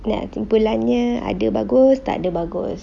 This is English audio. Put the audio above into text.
kesimpulannya ada bagus tak ada bagus